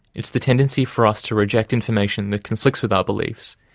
it's the tendency for us to reject information that conflicts with our beliefs,